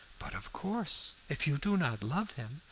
but of course, if you do not love him,